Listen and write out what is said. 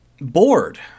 bored